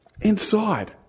inside